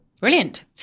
Brilliant